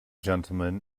gentleman